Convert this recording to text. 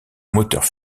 moteurs